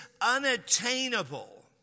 unattainable